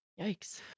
Yikes